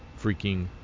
freaking